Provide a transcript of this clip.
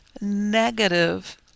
negative